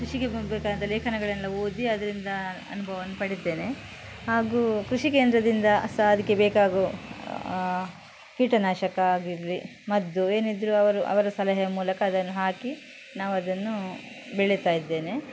ಕೃಷಿಗೆ ಬೇಕಾದಂಥ ಲೇಖನಗಳನ್ನೆಲ್ಲ ಓದಿ ಅದರಿಂದ ಅನುಭವವನ್ ಪಡೀತೇನೆ ಹಾಗೂ ಕೃಷಿ ಕೇಂದ್ರದಿಂದ ಸಹ ಅದಕ್ಕೆ ಬೇಕಾಗೋ ಕೀಟನಾಶಕ ಆಗಿರಲಿ ಮದ್ದು ಏನಿದ್ದರೂ ಅವರು ಅವರ ಸಲಹೆ ಮೂಲಕ ಅದನ್ನು ಹಾಕಿ ನಾವು ಅದನ್ನು ಬೆಳಿತಾಯಿದ್ದೇನೆ